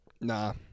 Nah